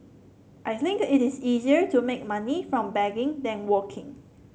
I think it is easier to make money from begging than working